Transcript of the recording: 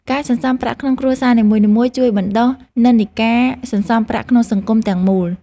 ការសន្សុំប្រាក់ក្នុងគ្រួសារនីមួយៗជួយបណ្ដុះនិន្នាការសន្សុំប្រាក់ក្នុងសង្គមទាំងមូល។